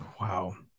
Wow